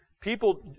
People